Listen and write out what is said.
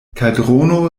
kaldrono